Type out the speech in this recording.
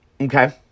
okay